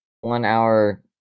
one-hour